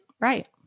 Right